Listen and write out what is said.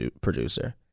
producer